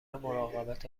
مراقبت